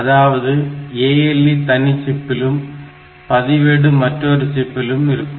அதாவது ALU தனி சிப்பிலும் பதிவேடு மற்றொரு சிப்பிலும் இருக்கும்